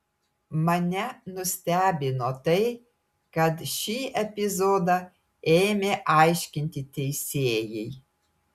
mane nustebino tai kad šį epizodą ėmė aiškinti teisėjai